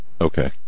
okay